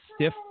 stiff